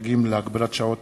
99) (סייגים להגבלת שעות